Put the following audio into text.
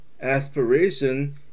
aspiration